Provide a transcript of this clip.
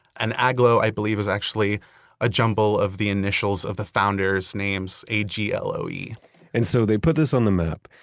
and agloe, i believe is actually a jumble of the initials of the founders' names, a g l o e and so they put this on the map,